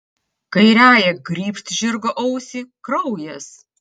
kairiąja grybšt žirgo ausį kraujas